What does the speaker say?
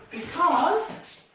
because